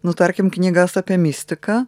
nu tarkim knygas apie mistiką